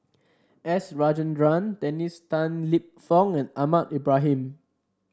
S Rajendran Dennis Tan Lip Fong and Ahmad Ibrahim